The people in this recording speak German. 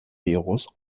virus